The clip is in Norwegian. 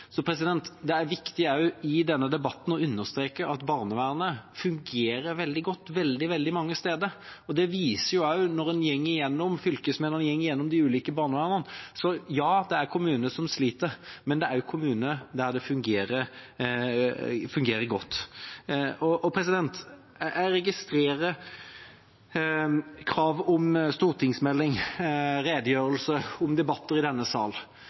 Det er viktig også i denne debatten å understreke at barnevernet fungerer veldig godt veldig mange steder, og det viser seg også når fylkesmennene går gjennom de ulike barnevernene. Ja, det er kommuner som sliter, men det er også kommuner der det fungerer godt. Jeg registrerer krav om stortingsmelding, redegjørelse og debatter i denne